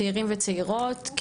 צעירים וצעירות,